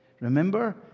Remember